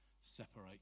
separate